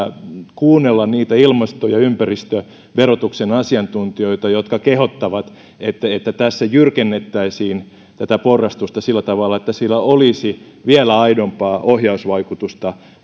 kuunnella niitä ilmasto ja ympäristöverotuksen asiantuntijoita jotka kehottavat että että tässä jyrkennettäisiin tätä porrastusta sillä tavalla että sillä olisi vielä aidompaa ohjausvaikutusta